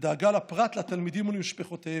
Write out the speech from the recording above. דאגה לפרט לתלמידים ולמשפחותיהם.